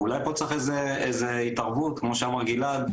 ואולי צריך פה איזושהי התערבות כמו שאמר גלעד,